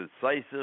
decisive